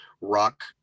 rock